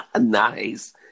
Nice